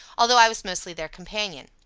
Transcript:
although i was mostly their companion.